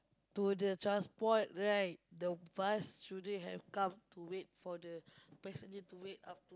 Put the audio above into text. to the transport right the bus shouldn't have come to wait for the passenger to wait up to